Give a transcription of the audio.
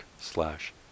slash